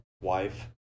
wife